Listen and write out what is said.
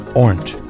orange